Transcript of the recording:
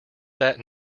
that